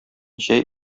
чәй